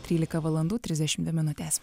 trylika valandų trisdešimt dvi minutės